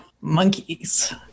monkeys